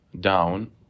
down